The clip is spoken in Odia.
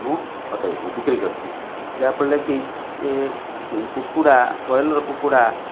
ମୁଁ ହଟାଇଦିଏ ବିକ୍ରି କରିଦିଏ ଯାହାଫଳରେ କି କୁକୁଡ଼ା ବ୍ରଏଲର କୁକୁଡ଼ା